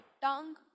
tongue